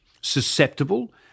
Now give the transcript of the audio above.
susceptible